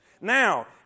Now